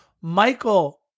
Michael